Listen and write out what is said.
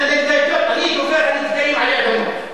אני דובר הנפגעים עלי אדמות.